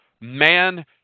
Man